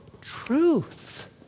truth